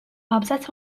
абзац